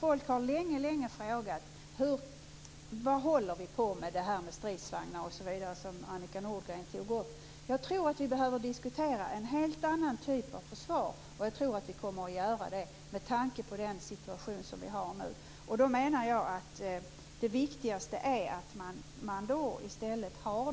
Folk har länge frågat varför vi håller på med detta med stridsvagnar osv. som Annika Nordgren tog upp. Jag tror att vi behöver diskutera en helt annan typ av försvar. Jag tror att vi kommer att göra det med tanke på den situation som vi har nu. Då menar jag att det viktigaste är att man i stället har